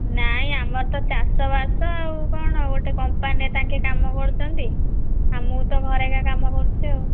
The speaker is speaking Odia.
ନାଇଁ ଆମର ତ ଚାଷବାସ ଆଉ କ'ଣ ଗୋଟେ କମ୍ପାନୀରେ ତାଙ୍କେ କାମ କରୁଛନ୍ତି ଆଉ ମୁଁ ତ ଘରେ ଏକା କାମ କରୁଛି ଆଉ